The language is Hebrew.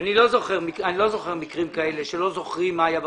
אני לא זוכר מקרים כאלה שלא זוכרים מה היה בפגישות.